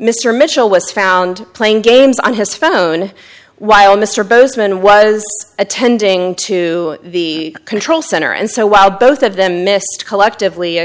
mr mitchell was found playing games on his phone while mr bozeman was attending to the control center and so while both of them missed collectively a